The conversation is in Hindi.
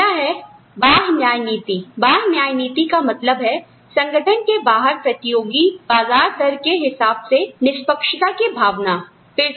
अगला है बाह्य न्याय नीति बाह्य न्याय नीतिका मतलब है संगठन के बाहर प्रतियोगी बाजार दर के हिसाब से निष्पक्षता की भावना है